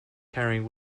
carrying